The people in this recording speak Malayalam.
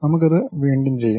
നമുക്ക് അത് വീണ്ടും ചെയ്യാം